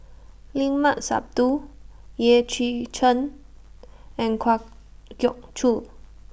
Limat Sabtu Yeh Chi Chen and Kwa Geok Choo